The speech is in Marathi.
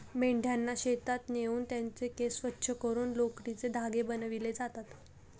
मेंढ्यांना शेतात नेऊन त्यांचे केस स्वच्छ करून लोकरीचे धागे बनविले जातात